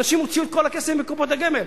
אנשים הוציאו את כל הכסף מקופות הגמל.